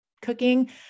cooking